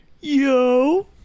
yo